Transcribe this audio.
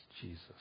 Jesus